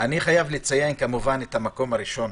אני חייב לציין, כמובן, את המקום הראשון